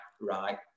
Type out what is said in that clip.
right